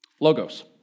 Logos